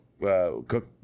cook